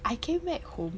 I came back home